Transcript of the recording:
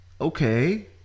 Okay